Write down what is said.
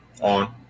On